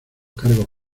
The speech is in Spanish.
cargos